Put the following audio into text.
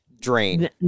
drain